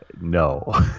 No